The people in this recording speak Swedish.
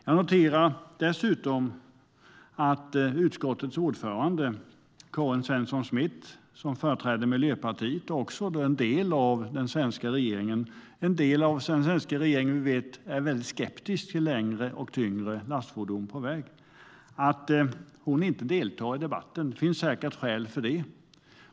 Jag noterar dessutom att utskottets ordförande, Karin Svensson Smith som företräder Miljöpartiet som är en del av den svenska regeringen och en del som är skeptisk till längre och tyngre lastfordon på väg, inte deltar i debatten. Det finns säkert skäl för det.